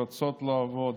רוצות לעבוד